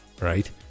right